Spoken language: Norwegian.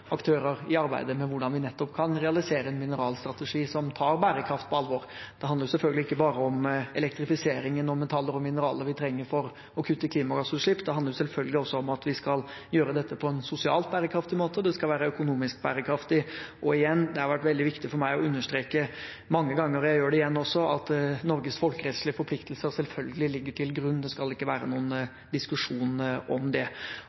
aktører i arbeidet med hvordan vi nettopp kan realisere en mineralstrategi som tar bærekraft på alvor. Det handler selvfølgelig ikke bare om elektrifiseringen og metaller og mineraler vi trenger for å kutte klimagassutslipp, det handler også om at vi skal gjøre dette på en sosialt bærekraftig måte, og det skal være økonomisk bærekraftig. Det har vært veldig viktig for meg å understreke mange ganger, og jeg gjør det igjen, at Norges folkerettslige forpliktelser selvfølgelig ligger til grunn. Det skal ikke være noen diskusjon om det.